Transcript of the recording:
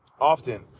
often